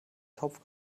topf